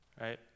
right